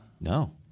No